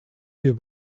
wir